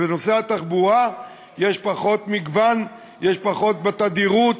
ובנושא התחבורה יש פחות מגוון, יש פחות תדירות,